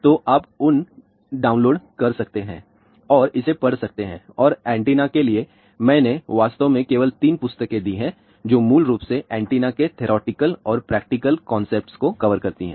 तो आप उन डाउनलोड कर सकते हैं और इसे पढ़ सकते हैं और एंटेना के लिए मैंने वास्तव में केवल 3 पुस्तकें दी हैं जो मूल रूप से एंटेना के थेरोटिकल और प्रैक्टिकल कॉन्सेप्ट को कवर करती हैं